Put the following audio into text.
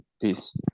peace